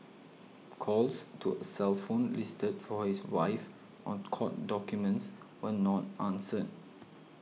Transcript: calls to a cell phone listed for his wife on court documents were not answered